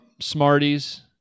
Smarties